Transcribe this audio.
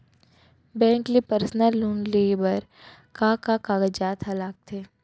Bank ले personal loan लेये बर का का कागजात ह लगथे?